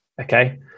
Okay